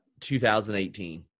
2018